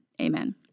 amen